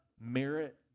merit